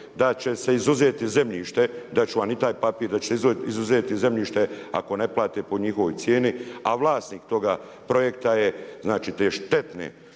dati ću vam i taj papir, da će se izuzeti zemljište ako ne plate po njihovoj cijeni. A vlasnik toga projekta je znači